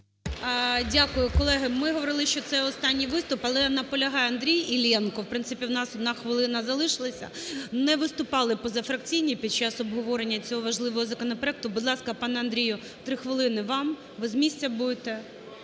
Дякую. Колеги, ми говорили, що це останній виступ, але наполягає Андрій Іллєнко. В принципі, у нас 1 хвилина залишилася, не виступали позафракційні під час обговорення цього важливого законопроекту. Будь ласка, пане Андрію, 3 хвилини вам. Ви з місця будете?